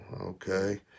okay